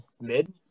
mid